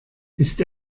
ist